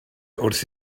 wrth